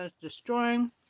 destroying